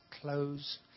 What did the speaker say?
close